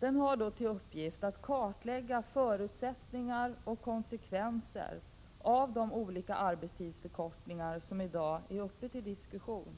har till uppgift att kartlägga förutsättningar för och konsekvenser av de olika arbetstidsförkortningar som i dag är föremål för diskussion.